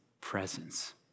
presence